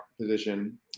position